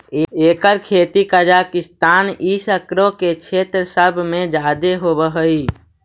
एकर खेती कजाकिस्तान ई सकरो के क्षेत्र सब में जादे होब हई